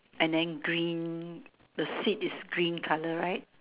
and then green the seat is green colour right